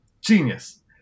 genius